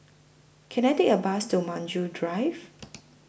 Can I Take A Bus to Maju Drive